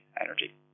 energy